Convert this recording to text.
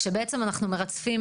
שבעצם אנחנו מרצפים,